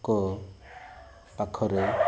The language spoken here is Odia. ଙ୍କ ପାଖରେ